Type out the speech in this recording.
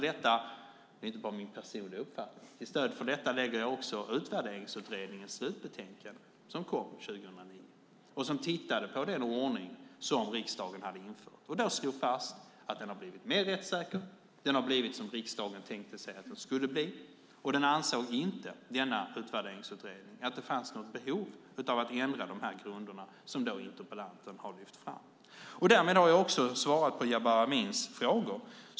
Detta är inte bara min personliga uppfattning, utan till stöd för detta lägger jag också Utvärderingsutredningens slutbetänkande som kom 2009. Utredningen tittade på den ordning som riksdagen hade infört och slog fast att den har blivit mer rättssäker. Den har blivit som riksdagen tänkte sig att den skulle bli, och Utvärderingsutredningen ansåg inte att det fanns något behov av att ändra de grunder som interpellanten har lyft fram. Därmed har jag också svarat på Jabar Amins frågor.